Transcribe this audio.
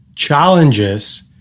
challenges